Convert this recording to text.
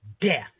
death